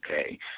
okay